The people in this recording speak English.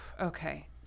okay